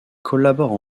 collaborent